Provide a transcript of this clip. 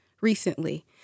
recently